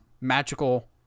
magical